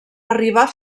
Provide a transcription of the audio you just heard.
arribar